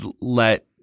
let